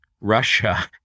Russia